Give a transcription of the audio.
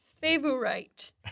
favorite